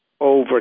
over